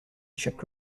czech